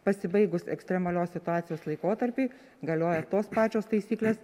pasibaigus ekstremalios situacijos laikotarpiui galioja tos pačios taisyklės